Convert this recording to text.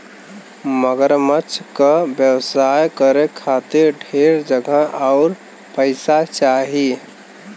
मगरमच्छ क व्यवसाय करे खातिर ढेर जगह आउर पइसा चाही